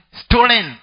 stolen